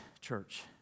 church